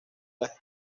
las